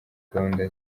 gahunda